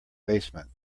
basement